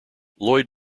lloyd